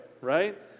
Right